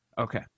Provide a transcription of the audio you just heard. Okay